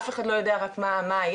אף אחד לא יודע רק מה היעד,